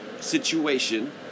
situation